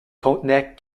contenait